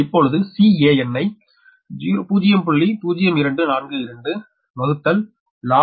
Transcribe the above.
இப்பொழுது Can I 0